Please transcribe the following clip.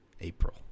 April